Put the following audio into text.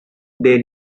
they